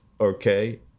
Okay